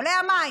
עולים המים,